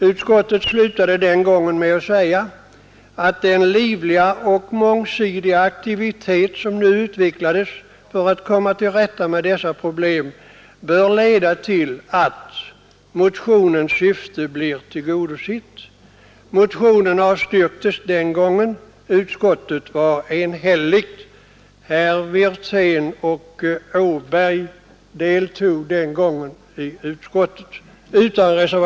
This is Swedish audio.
Utskottet slutade den gången med att säga att den livliga och mångsidiga aktivitet som nu utvecklades för att komma till rätta med dessa problem borde leda till att motionens syfte blev tillgodosett. Motionen avstyrktes den gången. Utskottet var enigt. Herr Wirtén och herr Åberg deltog då i utskottets beslut utan reservation.